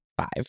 five